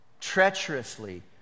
Treacherously